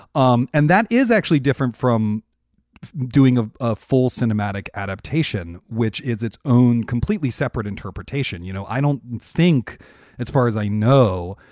um and that is actually different from doing a ah full cinematic adaptation, which is its own completely separate interpretation. you know, i don't think as far as i know,